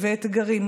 אתגרים,